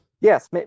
Yes